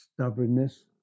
Stubbornness